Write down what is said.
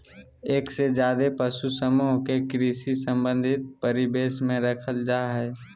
एक से ज्यादे पशु समूह के कृषि संबंधी परिवेश में रखल जा हई